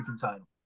title